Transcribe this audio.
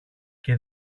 και